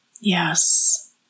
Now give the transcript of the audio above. Yes